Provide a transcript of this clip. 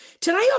Today